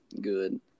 good